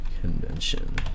convention